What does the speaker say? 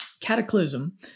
cataclysm